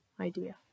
idea